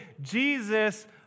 Jesus